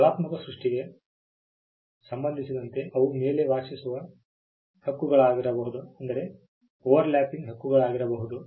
ಕಲಾತ್ಮಕ ಸೃಷ್ಟಿಗೆ ಸಂಬಂಧಿಸಿದಂತೆ ಅವು ಮೇಲೆ ವ್ಯಾಪಿಸುವ ಹಕ್ಕುಗಳಾಗಿರಬಹುದು